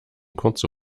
kurze